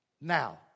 now